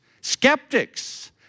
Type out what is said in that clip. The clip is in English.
skeptics